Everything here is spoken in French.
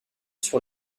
sur